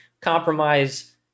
compromise